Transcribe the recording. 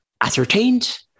ascertained